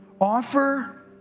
offer